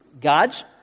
God's